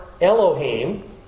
Elohim